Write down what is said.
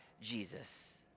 Jesus